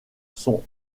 sont